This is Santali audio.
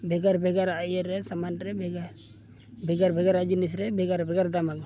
ᱵᱷᱮᱜᱟᱨ ᱵᱷᱮᱜᱟᱨ ᱟᱨ ᱤᱭᱟᱹᱨᱮ ᱥᱟᱢᱟᱱ ᱨᱮ ᱵᱷᱮᱜᱟᱨ ᱵᱷᱮᱜᱟᱨ ᱵᱷᱮᱜᱟᱨᱟᱜ ᱡᱤᱱᱤᱥ ᱨᱮ ᱵᱷᱮᱜᱟᱨ ᱵᱷᱮᱜᱟᱨ ᱫᱟᱢᱟᱱᱟ